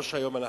לא שהיום אני